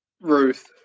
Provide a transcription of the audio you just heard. Ruth